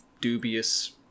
dubious